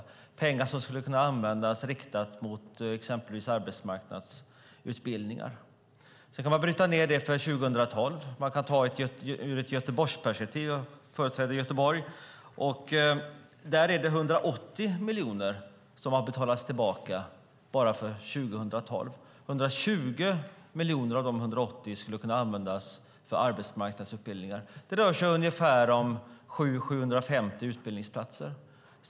Det är pengar som skulle ha kunnat användas riktat mot exempelvis arbetsmarknadsutbildningar. Sedan kan man bryta ned det för 2012. Man kan ta det ur ett Göteborgsperspektiv - jag företräder Göteborg - och där är det 180 miljoner som har betalats tillbaka bara för 2012. 120 miljoner av de 180 skulle ha kunnat användas för arbetsmarknadsutbildningar. Det rör sig om 700-750 utbildningsplatser.